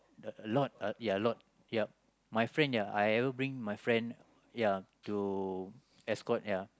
a lot uh ya a lot yup my friend they are I ever bring my friend ya to escort ya